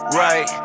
right